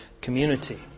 community